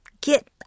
get